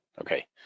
okay